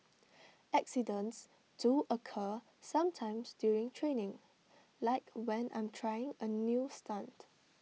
accidents do occur sometimes during training like when I'm trying A new stunt